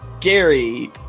Gary